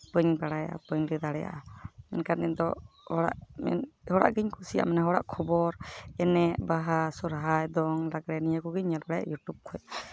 ᱵᱟᱹᱧ ᱵᱟᱲᱟᱭᱟ ᱵᱟᱹᱧ ᱞᱟᱹᱭ ᱫᱟᱲᱮᱭᱟᱜᱼᱟ ᱢᱮᱱᱠᱷᱟᱱ ᱤᱧ ᱫᱚ ᱦᱚᱲᱟᱜ ᱜᱤᱧ ᱠᱩᱥᱤᱭᱟᱜᱼᱟ ᱢᱟᱱᱮ ᱦᱚᱲᱟᱜ ᱠᱷᱚᱵᱚᱨ ᱮᱱᱮᱡ ᱵᱟᱦᱟ ᱥᱚᱦᱨᱟᱭ ᱫᱚᱝ ᱞᱟᱜᱽᱬᱮ ᱱᱤᱭᱟᱹ ᱠᱚᱜᱮ ᱧᱮᱞ ᱵᱟᱲᱟᱭᱟ ᱤᱭᱩᱴᱩᱵᱽ ᱠᱷᱚᱡ